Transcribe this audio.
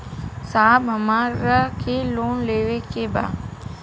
साहब हमरा के लोन लेवे के बा